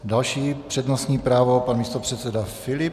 Další přednostní právo pan místopředseda Filip.